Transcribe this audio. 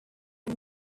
are